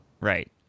Right